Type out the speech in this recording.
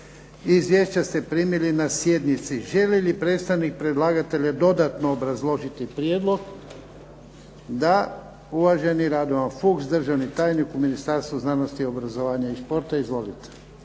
Izvješća ste primili na sjednici. Želi li predstavnik predlagatelja dodatno obrazložiti prijedlog? Da. Uvaženi Radova Fuchs, državni tajnik u Ministarstvu znanosti, obrazovanja i športa. Izvolite.